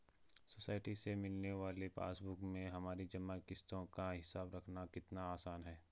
society से मिलने वाली पासबुक में हमारी जमा किश्तों का हिसाब रखना कितना आसान है